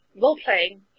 role-playing